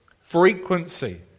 Frequency